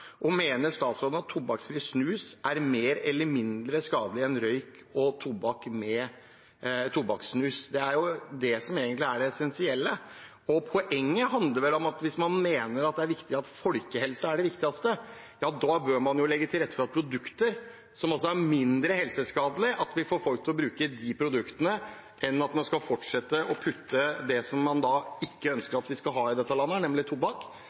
Mener statsråden at tobakksfri snus er mer eller mindre skadelig enn røyk og snus med tobakk? Det er det som egentlig er det essensielle. Hvis man mener at folkehelsen er det viktigste, bør man legge til rette for at vi får folk til å bruke produkter som er mindre helseskadelige, ikke at man skal fortsette å putte det som man da ikke ønsker å ha i dette landet, nemlig tobakk,